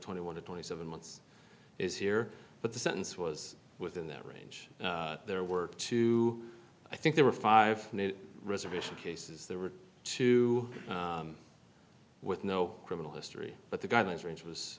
twenty one to twenty seven months is here but the sentence was within that range there were two i think there were five reservation cases there were two with no criminal history but the guidelines range